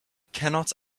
cannot